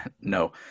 no